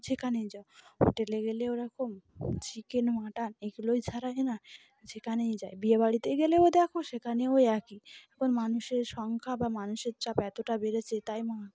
যেখানেই যাও হোটেলে গেলে ওরকম চিকেন মাটন এগুলোই ছাড়া থাকে না যেখানেই যায় বিয়ে বাাড়িতে গেলেও দেখো সেখানেও ওই একই এখন মানুষের সংখ্যা বা মানুষের চাপ এতটা বেড়েছে তাই মা